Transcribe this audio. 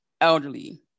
elderly